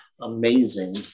amazing